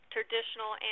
traditional